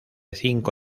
cinco